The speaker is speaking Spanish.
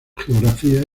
geografía